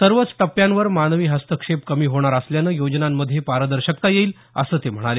सर्वच टप्प्यांवर मानवी हस्तक्षेप कमी होणार असल्यानं योजनांमध्ये पारदर्शकता येईल असं ते म्हणाले